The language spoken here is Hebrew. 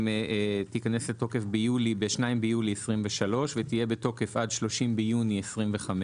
שתיכנס לתוקף ב-2 ביולי 2023 ותהיה בתוקף עד 30 ביוני 2025,